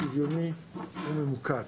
שוויוני וממוקד.